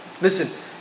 Listen